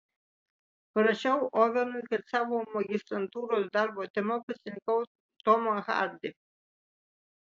parašiau ovenui kad savo magistrantūros darbo tema pasirinkau tomą hardį